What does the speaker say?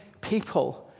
people